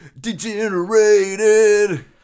Degenerated